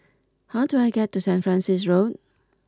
how do I get to Saint Francis Road